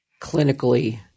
clinically